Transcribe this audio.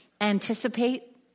anticipate